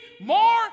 more